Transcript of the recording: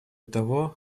того